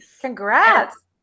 congrats